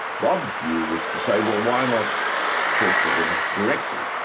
bob's view was to say, well why not talk to them directly?